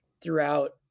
throughout